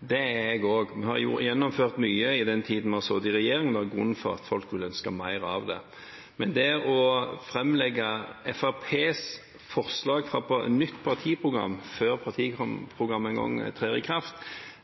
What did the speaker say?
Det er jeg også. Vi har gjennomført mye i den tiden vi har sittet i regjering, og det er en grunn til at folk ønsker mer av det. Men det å framlegge Fremskrittspartiets forslag til nytt partiprogram før partiprogrammet trer i kraft,